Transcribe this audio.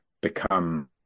become